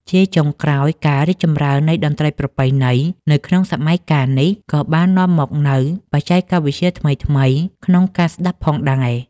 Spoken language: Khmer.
ជាចុងក្រោយ ការរីកចម្រើននៃតន្ត្រីប្រពៃណី នៅក្នុងសម័យកាលនេះ ក៏បាននាំមកនូវបច្ចេកវិទ្យាថ្មីៗក្នុងការស្តាប់ផងដែរ។